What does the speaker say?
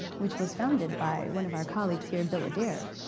which was founded by one of our colleagues here, bill adair,